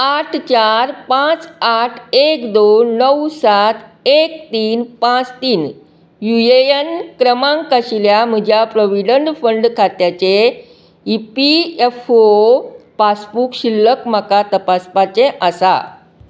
आठ चार पांच आठ एक दोन णव सात एक तीन पांच तीन यू ए एन क्रमांक आशिल्ल्या म्हज्या प्रॉव्हिडंट फंड खात्याचे E P F O passbook शिल्लक म्हाका तपासपाचें आसा